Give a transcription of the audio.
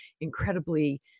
incredibly